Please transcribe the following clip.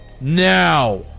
Now